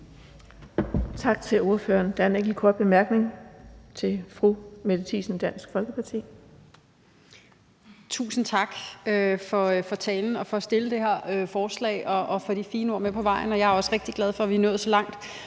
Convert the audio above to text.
Tak til ordføreren. Der er en enkelt kort bemærkning. Fru Mette Thiesen, Dansk Folkeparti. Kl. 11:53 Mette Thiesen (DF): Tusind tak for talen og for at fremsætte det her forslag og for at få de fine ord med på vejen. Jeg er også rigtig glad for, at vi er nået så langt,